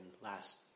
last